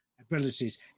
abilities